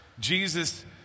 Jesus